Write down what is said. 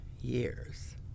years